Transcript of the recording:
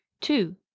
Two